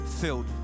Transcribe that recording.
filled